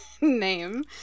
name